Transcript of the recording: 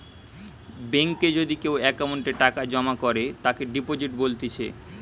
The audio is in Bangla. বেঙ্কে যদি কেও অ্যাকাউন্টে টাকা জমা করে তাকে ডিপোজিট বলতিছে